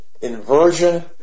Inversion